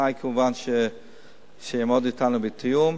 כמובן בתנאי שיעמוד אתנו בתיאום.